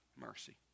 mercy